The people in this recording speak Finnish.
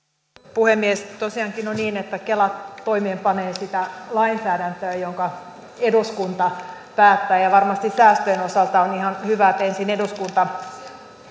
puhemies tosiaankin on niin että kela toimeenpanee sitä lainsäädäntöä jonka eduskunta päättää ja ja varmasti säästöjen osalta on ihan hyvä että ensin eduskunta